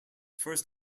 first